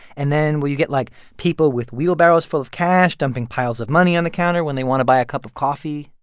and then, will you get, like, people with wheelbarrows full of cash, dumping piles of money on the counter when they want to buy a cup of coffee?